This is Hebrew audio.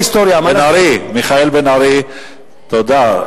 בן-ארי, תודה.